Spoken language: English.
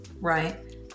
Right